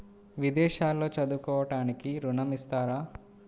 విదేశాల్లో చదువుకోవడానికి ఋణం ఇస్తారా?